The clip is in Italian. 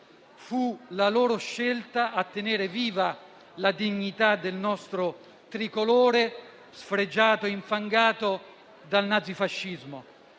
Fu la loro scelta a tenere viva la dignità del nostro Tricolore, sfregiato e infangato dal nazifascismo.